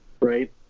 right